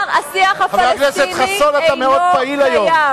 חבר הכנסת חסון, אתה מאוד פעיל היום.